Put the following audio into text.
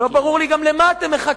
ולא ברור לי גם למה אתם מחכים.